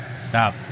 Stop